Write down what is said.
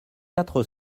quatre